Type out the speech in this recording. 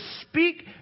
speak